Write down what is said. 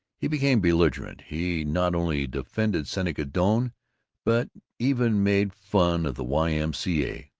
he became belligerent. he not only defended seneca doane but even made fun of the y. m. c. a,